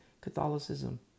Catholicism